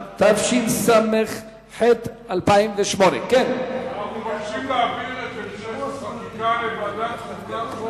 התשס"ח 2008. אנחנו מבקשים להעביר את המשך החקיקה לוועדת החוקה,